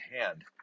hand